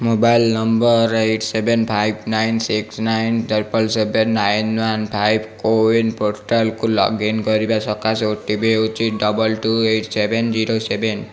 mobile number eight seven five nine six nine triple seven nine one five CoWIN ପୋର୍ଟାଲକୁ login କରିବା ସକାଶେ O T P ହେଉଛି double two eight seven zero seven